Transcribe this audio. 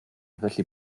felly